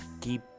keep